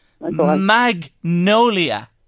Magnolia